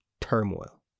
turmoil